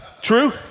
True